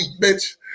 bitch